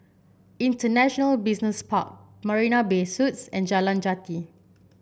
International Business Park Marina Bay Suites and Jalan Jati